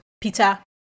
Peter